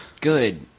good